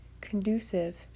conducive